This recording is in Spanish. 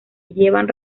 llevan